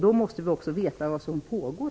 Då måste vi också veta vad som pågår.